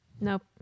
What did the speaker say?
Nope